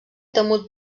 temut